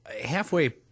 halfway